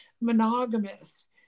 monogamous